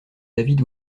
david